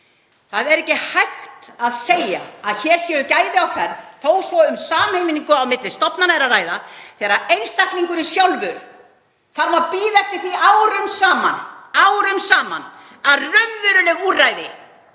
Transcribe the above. Það er ekki hægt að segja að hér séu gæði á ferð þó svo að um sameiningu á milli stofnana sé að ræða þegar einstaklingurinn sjálfur þarf að bíða eftir því árum saman að raunveruleg úrræði